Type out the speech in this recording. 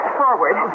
forward